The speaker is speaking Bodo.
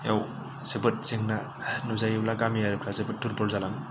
जोबोद जेंना नुजायोब्ला गामियारिफ्रा जोबोद दुरबल जालाङो